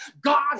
God